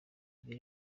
ibi